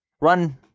Run